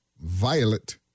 violet